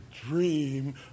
dream